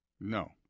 No